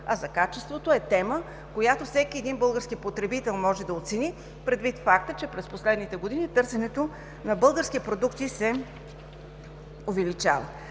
а качеството е тема, която всеки български потребител може да оцени, предвид факта че през последните години търсенето на български продукти се увеличава.